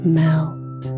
melt